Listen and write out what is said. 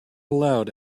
allowed